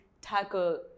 tackle